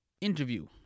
interview